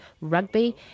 rugby